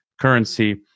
currency